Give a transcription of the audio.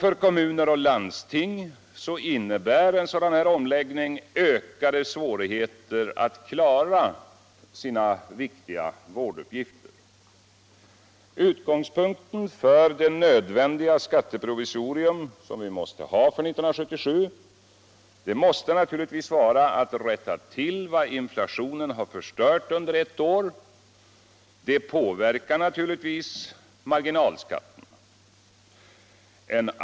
För kommuner och landsting innebär en sådan omläggning ökade svårigheter att klara deras viktiga vårduppgifter. Utgångspunkten för det nödvändiga skatteprovisorium som vi måste ha för år 1977 skall naturligtvis vara att rätta till vad inflationen har förstört under ett år. Detta påverkar naturligtvis marginalskatten.